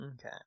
Okay